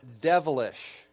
devilish